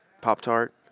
Pop-Tart